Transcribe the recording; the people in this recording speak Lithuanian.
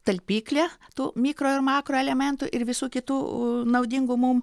talpyklė tų mikro ir makroelementų ir visų kitų naudingų mum